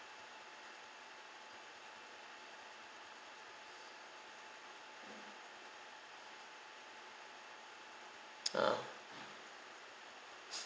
oh